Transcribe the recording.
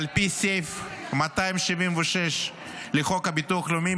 על פי סעיף 276 לחוק הביטול הלאומי,